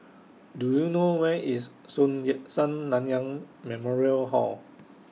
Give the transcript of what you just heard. Do YOU know Where IS Sun Yat Sen Nanyang Memorial Hall